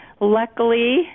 Luckily